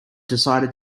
decided